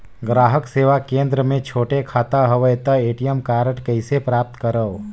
ग्राहक सेवा केंद्र मे छोटे खाता हवय त ए.टी.एम कारड कइसे प्राप्त करव?